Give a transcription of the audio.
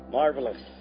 Marvelous